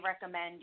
recommend –